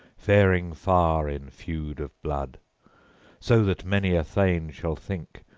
faring far in feud of blood so that many a thane shall think,